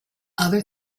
other